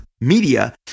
media